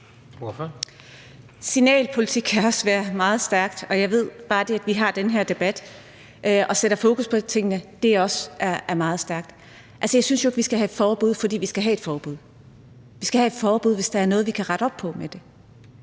Signalpolitik kan også være meget stærkt, og jeg ved, at bare det, at vi har den her debat og sætter fokus på tingene, også er meget stærkt. Altså, jeg synes jo ikke, vi skal have et forbud for at have et forbud. Vi skal have et forbud, hvis der er noget, vi kan rette op på med det.